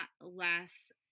less